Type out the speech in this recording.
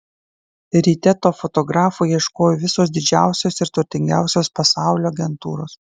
ryte to fotografo ieškojo visos didžiausios ir turtingiausios pasaulio agentūros